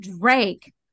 Drake